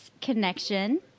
connection